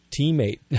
teammate